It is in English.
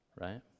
Right